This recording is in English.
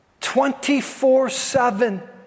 24-7